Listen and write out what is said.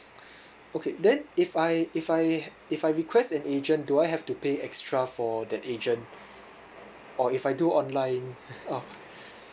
okay then if I if I if I request an agent do I have to pay extra for that agent or if I do online orh